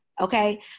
okay